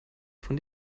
von